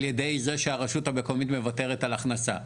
ידי זה שהרשות המקומית מוותרת על הכנסה.